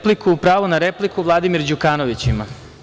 Pravo na repliku Vladimir Đukanović ima.